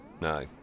no